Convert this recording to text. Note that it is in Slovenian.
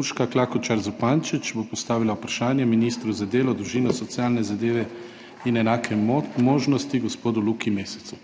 Urška Klakočar Zupančič bo postavila vprašanje ministru za delo, družino, socialne zadeve in enake možnosti gospodu Luki Mescu.